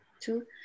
two